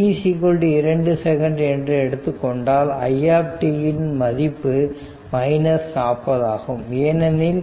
t2 second என்று எடுத்துக்கொண்டால்i என் இன் மதிப்பு 40 ஆகும் ஏனெனில்